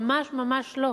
ממש ממש לא.